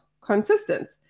consistent